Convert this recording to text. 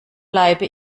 bleibe